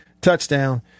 touchdown